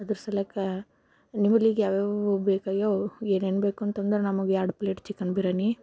ಅದ್ರ ಸಲಕ್ಕ ನಿಮ್ಮಲ್ಲಿಗೆ ಯಾವಯಾವು ಬೇಕಾಗಿವೆ ಏನೇನು ಬೇಕು ಅಂತಂದ್ರೆ ನಮ್ಗೆ ಎರಡು ಪ್ಲೇಟ್ ಚಿಕನ್ ಬಿರಿಯಾನಿ